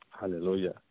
Hallelujah